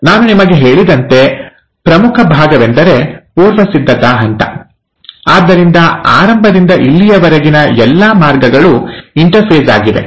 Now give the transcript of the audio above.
ನಾನು ನಿಮಗೆ ಹೇಳಿದಂತೆ ಪ್ರಮುಖ ಭಾಗವೆಂದರೆ ಪೂರ್ವಸಿದ್ಧತಾ ಹಂತ ಆದ್ದರಿಂದ ಆರಂಭದಿಂದ ಇಲ್ಲಿಯವರೆಗಿನ ಎಲ್ಲಾ ಮಾರ್ಗಗಳು ಇಂಟರ್ಫೇಸ್ ಆಗಿವೆ